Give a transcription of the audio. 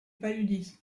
paludisme